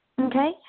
Okay